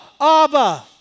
Abba